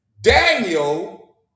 Daniel